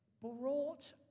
brought